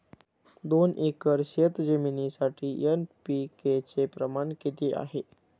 दोन एकर शेतजमिनीसाठी एन.पी.के चे प्रमाण किती आहे?